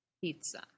pizza